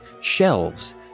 shelves